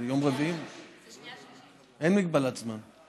זה יום רביעי, אין מגבלת זמן,